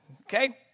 Okay